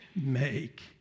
make